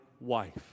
wife